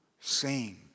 sing